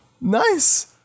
nice